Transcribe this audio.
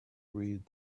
read